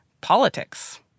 politics